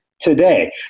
today